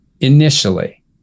initially